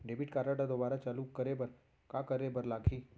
Debit card ला दोबारा चालू करे बर का करे बर लागही?